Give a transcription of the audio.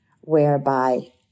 whereby